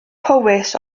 powys